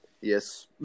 Yes